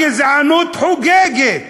הגזענות חוגגת,